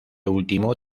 último